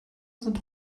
sind